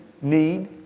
need